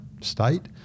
state